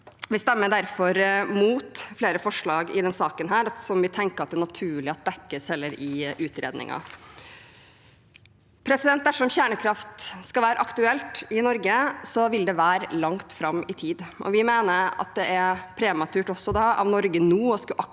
Vi stemmer derfor mot flere forslag i denne saken, som vi tenker det er naturlig at heller dekkes i utredningen. Dersom kjernekraft skal være aktuelt i Norge, vil det være langt fram i tid. Vi mener det da også er prematurt av Norge nå å skulle aktivt